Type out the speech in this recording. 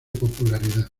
popularidad